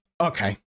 okay